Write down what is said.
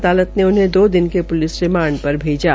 अदालत ने उन्हें दो दिन के प्लिस रिमांड पर भेजा